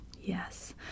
Yes